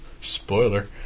spoiler